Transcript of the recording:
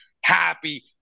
happy